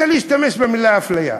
רוצה להשתמש במילה "אפליה",